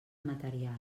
material